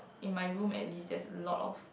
in my room at least there's a lot of